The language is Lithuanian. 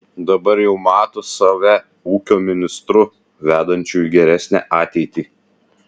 dabar jau mato save ūkio ministru vedančiu į geresnę ateitį